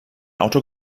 auto